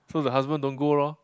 so the husband don't go lor